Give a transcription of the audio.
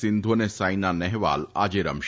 સિંધુ અને સાઇના નહેવાલ આજે રમશે